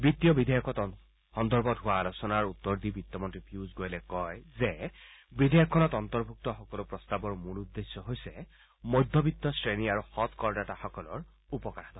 বিত্তীয় বিধেয়কৰ সন্দৰ্ভত হোৱা আলোচনাৰ উত্তৰ দি বিত্তমন্ত্ৰী পীয়ুষ গোৱেলে কয় যে বিধেয়কখনত অন্তভুক্ত সকলো প্ৰস্তাৱৰ মূল উদ্দশ্যে হৈছে মধ্যবিত্ত শ্ৰেণী আৰু সং কৰদাতাসকলৰ উপকাৰ কৰা